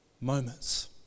moments